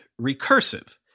recursive